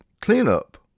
cleanup